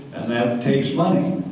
and that takes money.